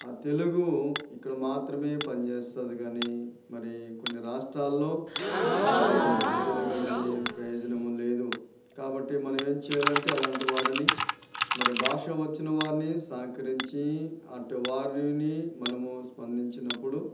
ఆ తెలుగు ఇక్కడ మాత్రమే పనిచేస్తుంది కానీ మరి కొన్ని రాష్ట్రాల్లో మరి ఈ తెలుగు అనేది ప్రయోజనము లేదు కాబట్టి మనం ఏం చెయ్యాలంటే అలాంటి వారిని మరి భాష వచ్చిన వారిని సహకరించి అలాంటి వారీని మనము స్పందించినప్పుడు